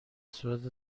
صورت